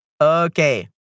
Okay